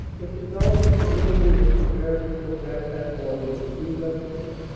it developed that the enemy was preparing to attack that morning with three regiments,